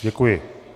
Děkuji.